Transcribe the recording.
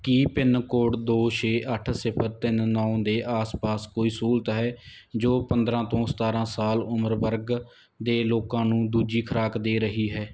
ਕੀ pin code ਦੋ ਛੇ ਅੱਠ ਸਿਫ਼ਰ ਤਿੰਨ ਨੌਂ ਦੇ ਆਸ ਪਾਸ ਕੋਈ ਸਹੂਲਤ ਹੈ ਜੋ ਪੰਦਰਾਂ ਤੋਂ ਸਤਾਰਾਂ ਸਾਲ ਉਮਰ ਵਰਗ ਦੇ ਲੋਕਾਂ ਨੂੰ ਦੂਜੀ ਖੁਰਾਕ ਦੇ ਰਹੀ ਹੈ